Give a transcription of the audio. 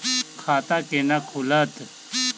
खाता केना खुलत?